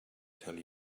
tell